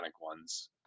ones